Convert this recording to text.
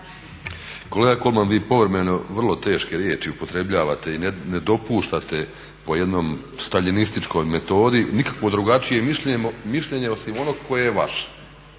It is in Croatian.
Kolega Kolman, vi povremeno vrlo teške riječi upotrebljavate i ne dopuštate po jednoj staljinističkoj metodi nikakvo drugačije mišljenje osim onog koje je vaše.